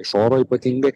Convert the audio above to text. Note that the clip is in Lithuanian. iš oro ypatingai